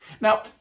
Now